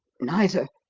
neither.